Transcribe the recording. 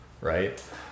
right